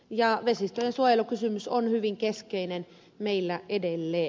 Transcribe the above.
vesistöjen suojelukysymys on hyvin keskeinen meillä edelleen